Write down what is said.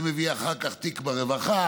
מביא אחר כך תיק ברווחה,